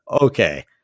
okay